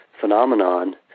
phenomenon